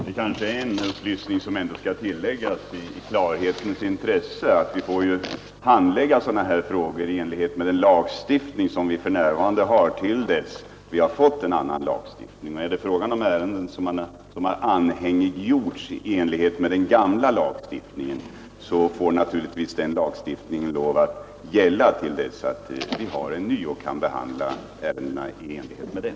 Herr talman! Det kanske är en upplysning som ändå skall tilläggas i klarhetens intresse, nämligen att vi får ju handlägga sådana här frågor i enlighet med den lagstiftning som vi för närvarande har, till dess att vi har fått en annan lagstiftning. När det är fråga om ärenden som har anhängiggjorts i enlighet med den gamla lagstiftningen, måste naturligtvis den lagstiftningen följas, till dess att vi har en ny och kan behandla ärendena i enlighet med den.